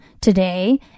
today